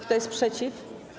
Kto jest przeciw?